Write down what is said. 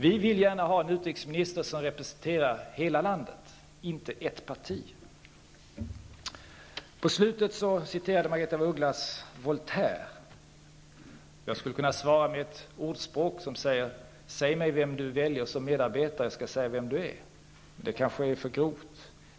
Vi vill gärna ha en utrikesminister som representerar hela landet och inte bara ett parti. I slutet av sitt svar citerade Margaretha af Ugglas Voltaire. Jag skulle kunna svara med att travestera ett ordspråk: Säg mig vem du väljer som medarbetare, skall jag säga vem du är! Men det är kanske för grovt.